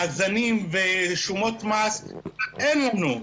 מאזנים ושומות מס אין לנו.